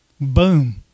boom